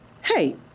Hey